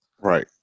right